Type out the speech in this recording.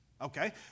Okay